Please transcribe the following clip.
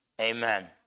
Amen